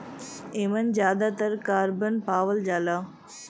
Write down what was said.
एमन जादातर कारबन पावल जाला